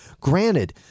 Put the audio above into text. granted